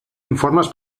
informes